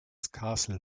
castle